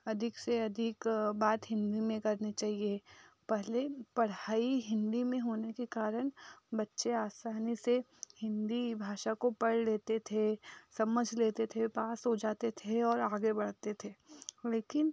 अधिक से अधिक बात हिन्दी में करनी चाहिए पहले पढ़ाई हिन्दी में होने के कारण बच्चे आसानी से हिन्दी भाषा को पढ़ लेते थे समझ लेते थे पास हो जाते थे और आगे बढ़ते थे लेकिन